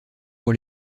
pour